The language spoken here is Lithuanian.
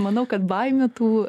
manau kad baimių tų